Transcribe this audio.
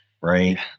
right